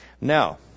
Now